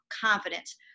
confidence